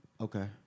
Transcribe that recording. Okay